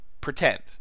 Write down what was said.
pretend